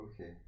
Okay